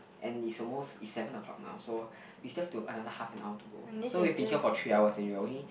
and it's almost it's seven o-clock now so we still have another half and hour to go so we've been will be here for three hours and we're only